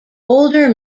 older